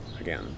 again